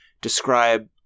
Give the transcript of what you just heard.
describe